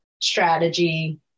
strategy